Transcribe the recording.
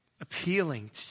appealing